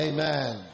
Amen